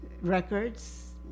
records